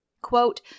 Quote